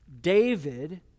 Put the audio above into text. David